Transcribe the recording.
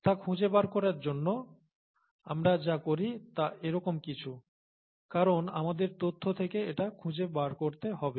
তা খুঁজে বার করার জন্য আমরা যা করি তা এরকম কিছু কারণ আমাদের তথ্য থেকে এটা খুঁজে বার করতে হবে